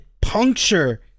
puncture